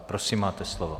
Prosím, máte slovo.